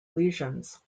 lesions